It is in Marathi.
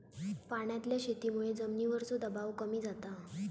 पाण्यातल्या शेतीमुळे जमिनीवरचो दबाव कमी जाता